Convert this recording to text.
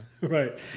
Right